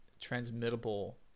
transmittable